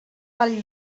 vall